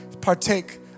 partake